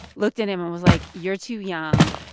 looked at him and was like, you're too young.